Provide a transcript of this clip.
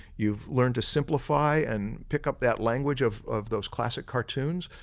you've learned to simplify and pick up that language of of those classic cartoons.